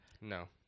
No